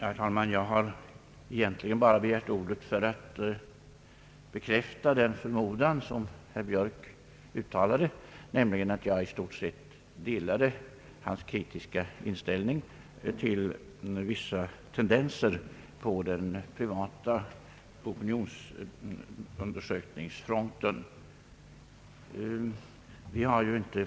Herr talman! Jag har egentligen begärt ordet bara för att bekräfta den förmodan som herr Björk uttalade, nämli gen att jag i stort sett delar hans kritiska inställning till vissa tendenser på den privata opinionsundersökningsfronten.